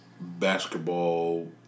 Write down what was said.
basketball